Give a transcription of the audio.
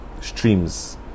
streams